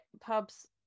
pubs